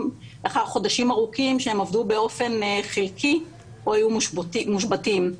לאחר חודשים ארוכים שהם עבדו באופן חלקי או היו מושבתים.